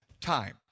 time